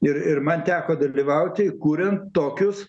ir ir man teko dalyvauti kuriant tokius